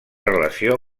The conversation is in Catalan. relació